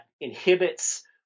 inhibits